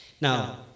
Now